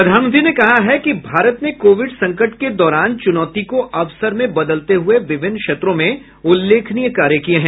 प्रधानमंत्री ने कहा कि भारत ने कोविड संकट के दौरान चुनौती को अवसर में बदलते हुए विभिन्न क्षेत्रों में उल्लेखनीय कार्य किए हैं